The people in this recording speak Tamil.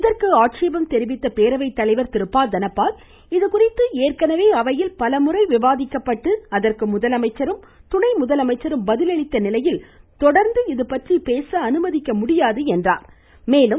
இதற்கு ஆட்சேபம் தெரிவித்த பேரவை தலைவர் திரு ப தனபால் இதுகுறித்து ஏற்கனவே அவையில் பலமுறை விவாதிக்கப்பட்டு அதற்கு முதலமைச்சரும் துணை முதலமைச்சரும் பதிலளித்த நிலையில் தொடா்ந்து இதுபற்றி பேச அனுமதிக்கமுடியாது என்றாா்